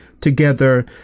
together